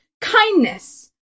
Kindness